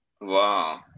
Wow